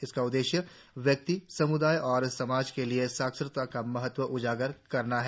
इसका उद्देश्य व्यक्ति सम्दाय और समाज के लिए साक्षरता का महत्व उजागर करना है